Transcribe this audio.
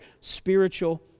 spiritual